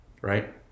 right